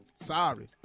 Sorry